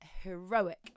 heroic